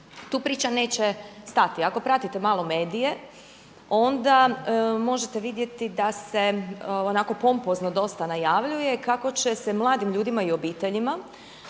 tu priča neće stati. Ako pratite malo medije onda možete vidjeti da se onako pompozno dosta najavljuje kako će se mladim ljudima i obiteljima